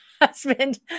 husband